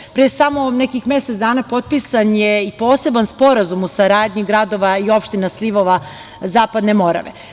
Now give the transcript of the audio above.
Naime, pre samo mesec dana potpisan je i Poseban sporazum o saradnji gradova i opština slivova Zapadne Morave.